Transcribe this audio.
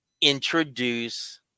introduce